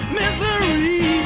misery